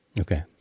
Okay